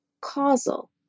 causal